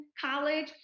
college